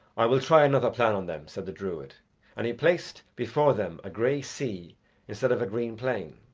i will try another plan on them, said the druid and he placed before them a grey sea instead of a green plain.